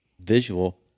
visual